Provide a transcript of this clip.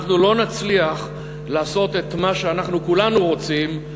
אנחנו לא נצליח לעשות את מה שאנחנו כולנו רוצים,